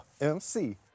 MC